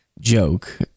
joke